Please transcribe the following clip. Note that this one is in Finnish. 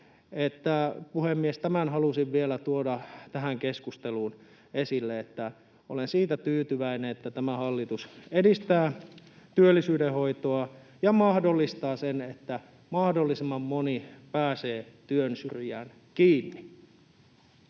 Puhemies! Tämän halusin vielä tuoda tähän keskusteluun esille, että olen siitä tyytyväinen, että tämä hallitus edistää työllisyydenhoitoa ja mahdollistaa sen, että mahdollisimman moni pääsee työn syrjään kiinni.